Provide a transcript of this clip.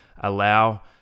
allow